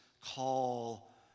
call